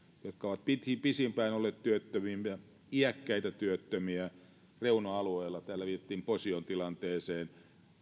jotka ovat pisimpään olleet työttöminä iäkkäitä työttömiä reuna alueilla asuvia ihmisiä täällä viitattiin posion tilanteeseen